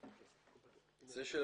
זה.